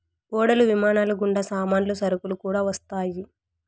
ఓడలు విమానాలు గుండా సామాన్లు సరుకులు కూడా వస్తాయి